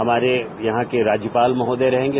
हमारे यहां के राज्यपाल महोनय रहेंगे